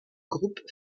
groupes